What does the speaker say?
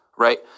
Right